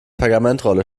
pergamentrolle